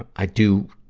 i do,